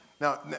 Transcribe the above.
Now